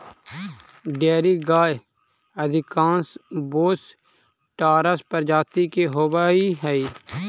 dairy गाय अधिकांश bos taurus प्रजाति के होवऽ हइ